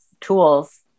tools